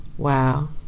Wow